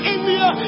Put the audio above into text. India